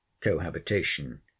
cohabitation